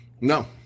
No